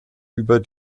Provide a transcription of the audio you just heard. über